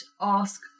ask